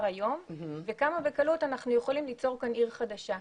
היום וכמה בקלות אנחנו יכולים ליצור כאן עיר חדשה.